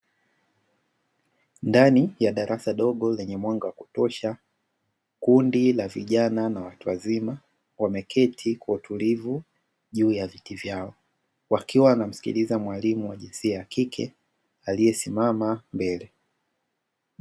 Ndani ya darasa dogo lenye mwanga wa kutosha, kundi la vijana na watu wazima wameketi kwa utulivu juu ya viti vyao. Wakiwa wanamsikiliza mwalimu wa jinsia ya kike, aliyesimama mbele.